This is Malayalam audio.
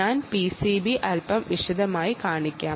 ഞാൻ പിസിബി അല്പം വിശദമായി കാണിക്കും